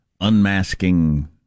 unmasking